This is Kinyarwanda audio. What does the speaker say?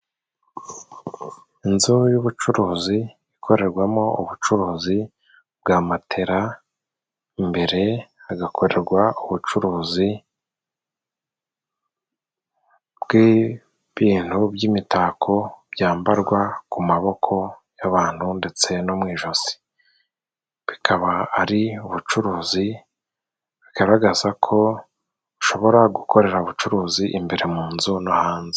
Ni inzu y'ubucuruzi ikorerwamo, ubucuruzi bwa matera imbere hagakorerwa, ubucuruzi bw'ibintu by'imitako byambarwa ku maboko y'abantu, ndetse no mu ijosi. Bikaba ari ubucuruzi bugaragaza ko bushobora gukorerwa ubucuruzi imbere mu nzu no hanze.